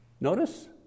Notice